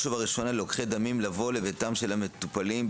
ובראשונה ללוקחי דמים לבוא לביתם של המטופלים,